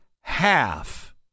half